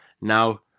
Now